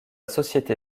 société